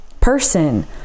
person